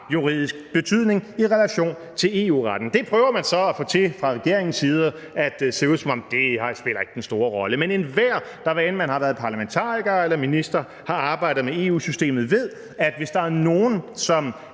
juridisk betydning i relation til EU-retten. Det prøver man så fra regeringens side at få til at se ud som om ikke spiller den store rolle, men enhver, hvad end man har været parlamentariker, været minister eller har arbejdet med EU-systemet, ved, at hvis der er nogen, som